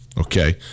Okay